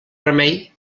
remei